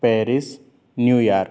Paris New York